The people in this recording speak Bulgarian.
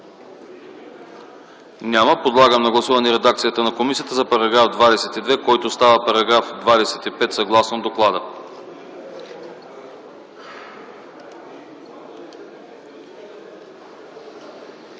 Няма. Подлагам на гласуване редакцията на комисията за § 22, който става § 25, съгласно доклада.